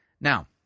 Now